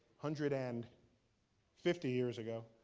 hundred and fifty years ago.